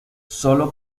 sólo